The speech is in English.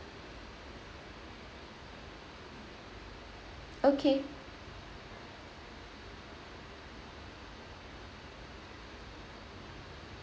okay